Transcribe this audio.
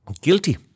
guilty